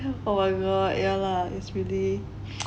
oh my god ya lah is really